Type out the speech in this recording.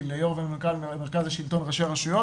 ליו"ר ומנכ"ל מרכז השלטון וראשי רשויות.